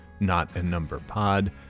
notanumberpod